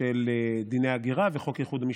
של דיני הגירה וחוק איחוד משפחות.